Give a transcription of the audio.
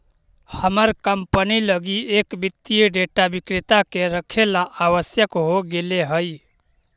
हमर कंपनी लगी एक वित्तीय डेटा विक्रेता के रखेला आवश्यक हो गेले हइ